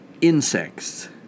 insects